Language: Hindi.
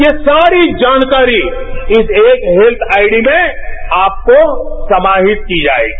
ये सारी जानकारी इस एक हेत्थ आइडी में आपको समाहित की जाएगी